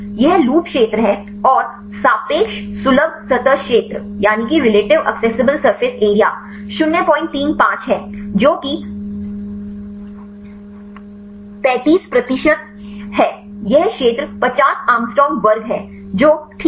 यह लूप क्षेत्र है और सापेक्ष सुलभ सतह क्षेत्र 035 है जो कि 35 प्रतिशत है यह क्षेत्र 50 एंग्स्ट्रॉम वर्ग है जो ठीक है